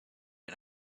and